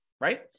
right